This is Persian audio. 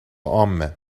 عامه